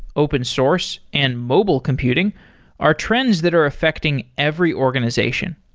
open source and mobile computing are trends that are affecting every organization.